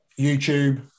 YouTube